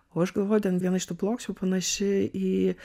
o aš galvoju ten viena iš tų plokščių panaši į